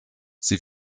sie